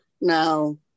Now